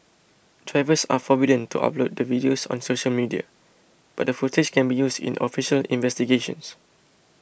drivers are forbidden to upload the videos on social media but the footage can be used in official investigations